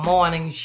Morning